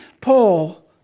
Paul